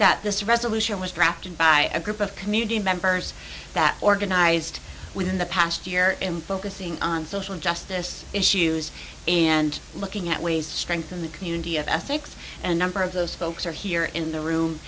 that this resolution was drafted by a group of community members that organized within the past year in focusing on social justice issues and looking at ways to strengthen the community of ethics and number of those folks are here in the room